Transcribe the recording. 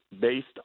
based